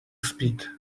speed